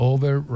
Over